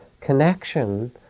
connection